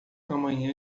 amanhã